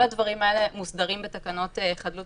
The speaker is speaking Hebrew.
כל הדברים האלה מוסדרים בתקנות חדלות